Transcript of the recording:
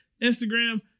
Instagram